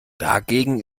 dagegen